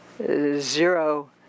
zero